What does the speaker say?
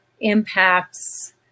impacts